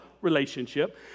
relationship